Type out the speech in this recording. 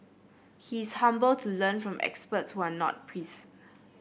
he is humble to learn from experts who are not priests